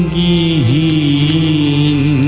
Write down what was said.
ie